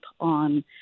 on